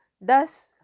Thus